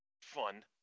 fun